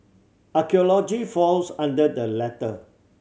archaeology falls under the latter